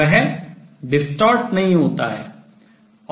वह distort विरूपित नहीं होता है